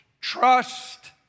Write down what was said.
Trust